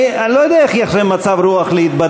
אני לא יודע איך יש לכם מצב רוח להתבדח.